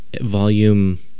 volume